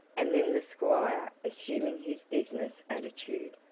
and then the squire assuming his business attitude,